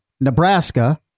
Nebraska